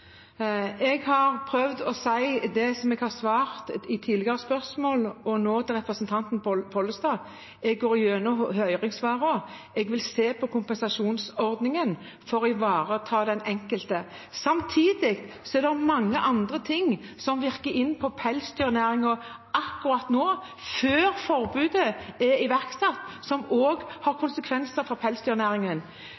Jeg har nå prøvd å si det som jeg svarte på et tidligere spørsmål, til representanten Pollestad. Jeg går gjennom høringssvarene, og jeg vil se på kompensasjonsordningen for å ivareta den enkelte. Samtidig er det mange andre ting som virker inn på pelsdyrnæringen akkurat nå, før forbudet er iverksatt, som også har